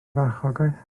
farchogaeth